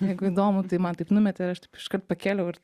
jeigu įdomu tai man taip numetė ir aš taip iškart pakėliau ir